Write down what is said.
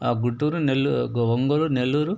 ఆ గుంటూరు నెల్ల ఒంగోలు నెల్లూరు